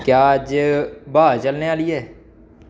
क्या अज्ज ब्हाऽ चलने आह्ली ऐ